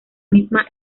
misma